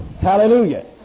hallelujah